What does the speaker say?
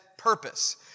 purpose